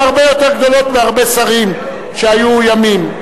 הרבה יותר גדולות משל הרבה שרים שהיו ימים,